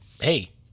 Hey